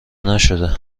نشده